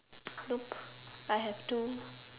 nope I have two